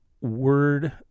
Word